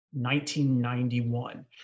1991